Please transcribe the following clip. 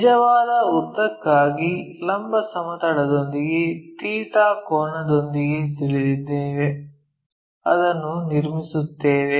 ನಿಜವಾದ ಉದ್ದಕ್ಕಾಗಿ ಲಂಬ ಸಮತಲದೊಂದಿಗೆ ಥೀಟಾ ϴ ಕೋನದೊಂದಿಗೆ ತಿಳಿದಿದ್ದೇವೆ ಅದನ್ನು ನಿರ್ಮಿಸುತ್ತೇವೆ